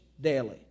daily